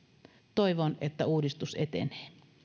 toivon että uudistus etenee